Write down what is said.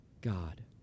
God